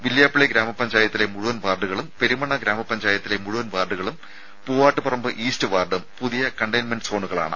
വില്ല്യാപ്പള്ളി ഗ്രാമ പഞ്ചായത്തിലെ മുഴുവൻ വാർഡുകളും പെരുമണ്ണ ഗ്രാമ പഞ്ചായത്തിലെ മുഴുവൻ വാർഡുകളും പൂവാട്ടുപറമ്പ് ഈസ്റ്റ് വാർഡും പുതിയ കണ്ടെയ്ൻമെന്റ് സോണുകളാണ്